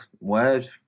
Word